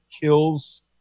kills